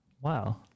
Wow